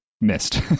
missed